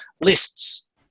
lists